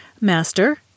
Master